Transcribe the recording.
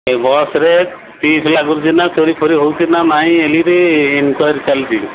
ଏଇ ବସ୍ରେ ଫି ଲାଗୁଛି ନା ଚୋରି ଫୋରି ହଉଛି ନା ନାହିଁ ଇନ୍କ୍ୱାରୀ ଚାଲିଛି